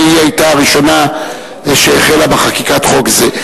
שהיתה הראשונה שהחלה בחקיקת חוק זה.